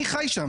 אני חי שם.